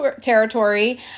territory